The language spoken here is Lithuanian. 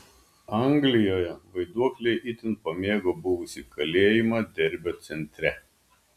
anglijoje vaiduokliai itin pamėgo buvusį kalėjimą derbio centre